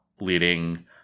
leading